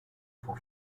for